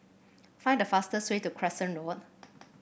find the fastest way to Crescent Road